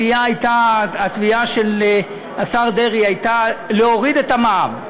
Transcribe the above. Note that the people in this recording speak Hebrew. התביעה של השר דרעי הייתה להוריד את המע"מ,